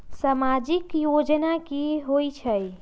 समाजिक योजना की होई छई?